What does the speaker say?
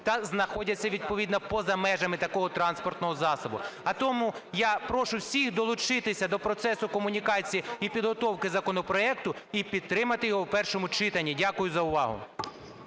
та знаходяться відповідно поза межами такого транспортного засобу. А тому я прошу всіх долучитися до процесу комунікації і підготовки законопроекту і підтримати його в першому читанні. Дякую за увагу.